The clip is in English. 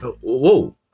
Whoa